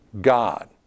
God